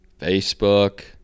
Facebook